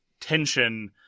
tension